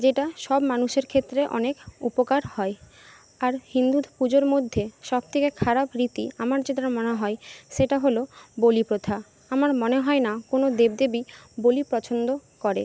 যেটা সব মানুষের ক্ষেত্রে অনেক উপকার হয় আর হিন্দু পুজোর মধ্যে সবথেকে খারাপ রীতি আমার যেটার মনে হয় সেটা হল বলি প্রথা আমার মনে হয় না কোনো দেব দেবী বলি পছন্দ করে